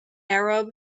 arab